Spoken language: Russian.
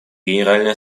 генеральной